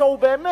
שהוא באמת,